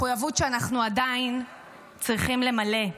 מחויבות שאנחנו עדיין צריכים למלא.